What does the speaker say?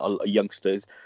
youngsters